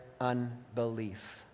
unbelief